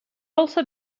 also